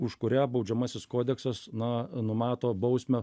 už kurią baudžiamasis kodeksas na numato bausmę